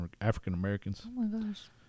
african-americans